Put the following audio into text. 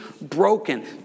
broken